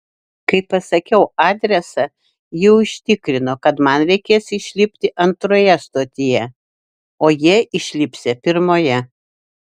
kai pasakiau adresą ji užtikrino kad man reikės išlipti antroje stotyje o jie išlipsią pirmoje